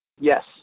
Yes